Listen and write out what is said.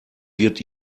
wird